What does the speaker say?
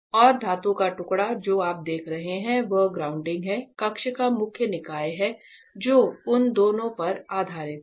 और धातु का टुकड़ा जो आप देख रहे हैं वह ग्राउंडिंग है कक्ष का मुख्य निकाय है जो उन दोनों पर आधारित है